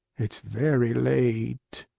it's very late.